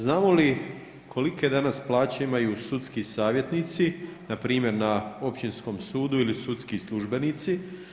Znamo li kolike danas plaće imaju sudski savjetnici npr. na općinskom sudu ili sudski službenici?